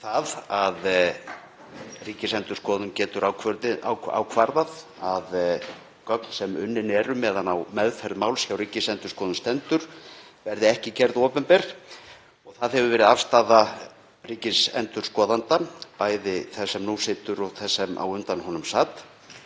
sér að Ríkisendurskoðun getur ákvarðað að gögn sem unnin eru meðan á meðferð máls hjá Ríkisendurskoðun stendur verði ekki gerð opinber. Það hefur verið afstaða ríkisendurskoðanda, bæði þess sem nú situr og þess sem á undan honum sat.